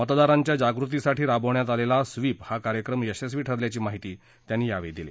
मतदारांच्या जागृतीसाठी राबवण्यात आलेला स्वीप हा कार्यक्रम यशस्वी ठरल्याची माहिती त्यांनी दिली